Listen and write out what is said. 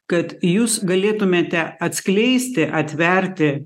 kad jūs galėtumėte atskleisti atverti